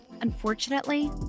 Unfortunately